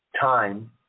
time